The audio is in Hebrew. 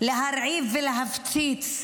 להרעיב ולהפציץ,